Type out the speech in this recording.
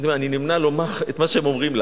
אני נמנע לומר את מה שהם אומרים לה,